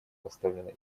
поставлена